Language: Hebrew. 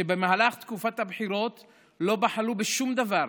שבמהלך תקופת הבחירות לא בחלו בשום דבר,